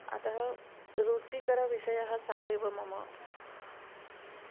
अतः रुचिकरविषयः सः एव मम